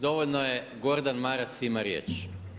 Dovoljno je Gordan Maras ima riječ.